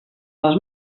les